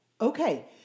Okay